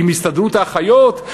עם הסתדרות האחיות,